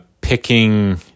picking